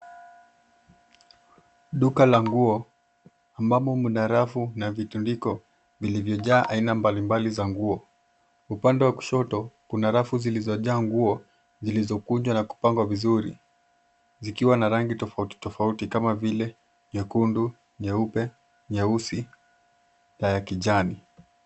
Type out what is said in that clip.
Duka la nguo, ambamo mna rafu na vitundiko vilivyojaa aina mbalimbali za nguo. Upande wa kushoto, kuna rafu zilizojaa nguo, zilizokunjwa na kupangwa vizuri, zikiwa na rangi tofauti tofauti kama vile nyekundu, nyeupe, nyeusi na ya kijani.